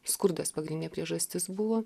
skurdas pagrindinė priežastis buvo